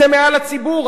אתם מעל הציבור.